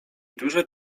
duże